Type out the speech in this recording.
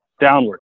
downward